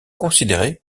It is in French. considéré